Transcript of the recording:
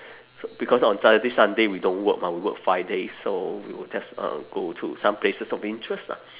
so because on saturday sunday we don't work [one] we work five days so we will just uh go to some places of interest lah